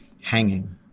hanging